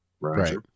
right